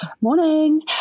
Morning